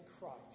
Christ